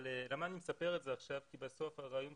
אני מספר את זה כי בסוף הרעיון הוא,